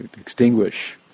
Extinguish